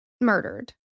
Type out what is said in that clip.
murdered